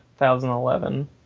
2011